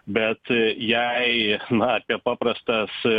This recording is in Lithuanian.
bet jei apie paprastas